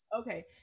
Okay